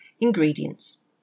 Ingredients